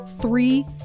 Three